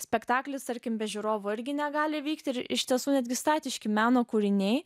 spektaklis tarkim be žiūrovų irgi negali vykti ir iš tiesų netgi statiški meno kūriniai